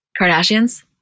Kardashians